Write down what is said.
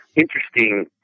Interesting